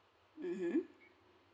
mmhmm